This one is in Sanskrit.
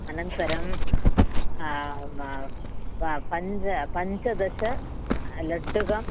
अनन्तरं प पञ्च पञ्चदश लड्डुकम्